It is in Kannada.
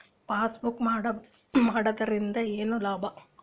ಪಾಸ್ಬುಕ್ ಮಾಡುದರಿಂದ ಏನು ಲಾಭ?